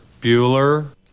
Bueller